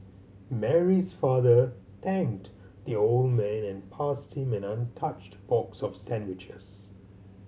Mary's father thanked the old man and passed him an untouched box of sandwiches